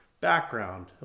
background